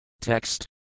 Text